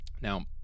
Now